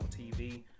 TV